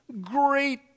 great